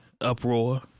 Uproar